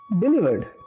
delivered